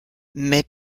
mais